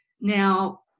Now